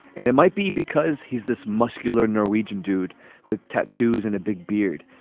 and it might be because he's this muscular norwegian dude with tattoos and a big beard.